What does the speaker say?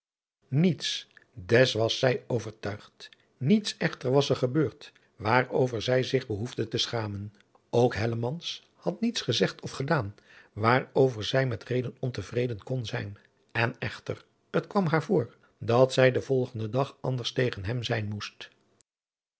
niets des was zij overtuigd niets echter was er gebeurd waarover zij zich behoefde te schamen ook hellemans had niets gezegd of gedaan waarover zij met reden ontevreden kon zijn en echter het kwam haar voor dat zij den volgenden dag anders tegen hem zijn moest